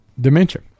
dementia